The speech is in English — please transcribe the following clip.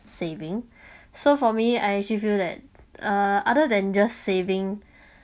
saving so for me I actually feel that uh other than just saving